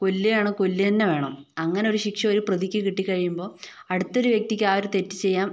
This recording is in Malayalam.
കൊല്ലുകയാണ് കൊല്ലുക തന്നെ വേണം അങ്ങനെ ഒരു ശിക്ഷ ഒരു പ്രതിക്ക് കിട്ടിക്കഴിയുമ്പോൾ അടുത്ത ഒരു വ്യക്തിക്ക് ആ ഒരു തെറ്റ് ചെയ്യാൻ